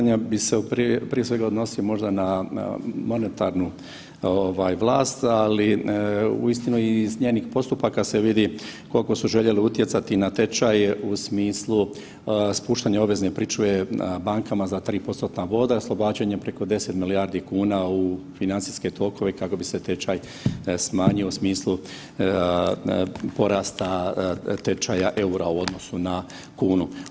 Dobar dio vašeg pitanja bi se prije svega odnosio možda na monetarnu vlast, ali uistinu iz njenih postupaka se vidi koliko su željeli utjecati na tečaj u smislu spuštanja obvezne pričuve bankama za 3%-tna boda, oslobađanje preko 10 milijardi kuna u financijske tokove kako bi se tečaj smanjio u smislu porasta tečaja eura u odnosu na kunu.